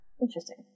interesting